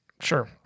sure